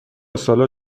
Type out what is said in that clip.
سالاد